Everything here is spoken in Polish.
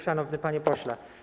Szanowny Panie Pośle!